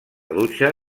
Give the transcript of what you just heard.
dutxa